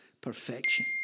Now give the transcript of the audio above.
perfection